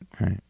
right